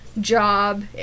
job